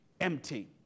empty